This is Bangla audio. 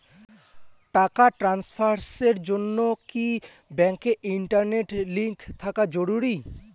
টাকা ট্রানস্ফারস এর জন্য কি ব্যাংকে ইন্টারনেট লিংঙ্ক থাকা জরুরি?